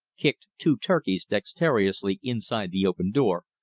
kicked two turkeys dexterously inside the open door,